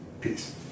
Peace